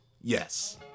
Yes